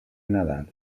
nadal